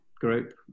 group